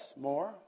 more